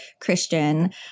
Christian